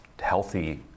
healthy